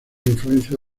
influencia